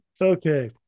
Okay